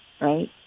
Right